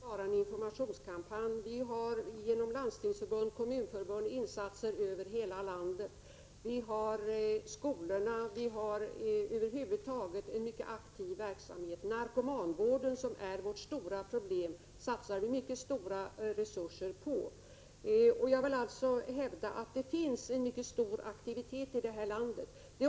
Herr talman! Aidsdelegationens arbete består inte bara av en informationskampanj. Det görs genom Landstingsförbundet och Kommunförbundet insatser över hela landet. Vi arbetar genom skolorna, och vi bedriver över huvud taget en mycket aktiv verksamhet. Narkomanvården, som är vårt stora problem, satsar vi mycket stora resurser på. Jag vill alltså hävda att aktiviteten här i landet är mycket stor.